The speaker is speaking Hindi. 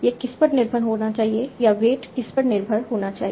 यह किस पर निर्भर होना चाहिए या वेट किस पर निर्भर होना चाहिए